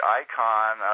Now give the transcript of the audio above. icon